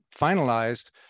finalized